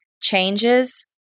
changes